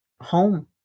Home